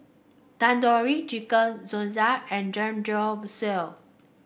Tandoori Chicken Gyoza and Samgyeopsal